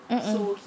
mm mm